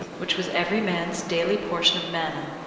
which was every man's daily portion of manna,